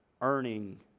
earning